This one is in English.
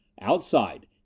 Outside